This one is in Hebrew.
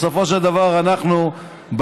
בסופו של דבר אנחנו באים